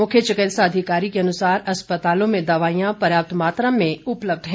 मुख्य चिकित्सा अधिकारी के अनुसार अस्पतालों में दवाईयां पर्याप्त मात्रा में उपलब्ध हैं